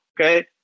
Okay